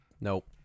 Nope